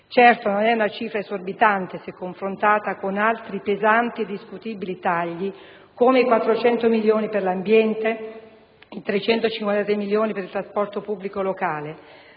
Certo, non è una cifra esorbitante se confrontata con altri pesanti e discutibili tagli, come i 400 milioni per l'ambiente o i 353 milioni per il trasporto pubblico locale,